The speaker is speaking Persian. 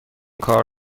کار